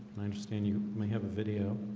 i understand you may have a video